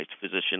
physician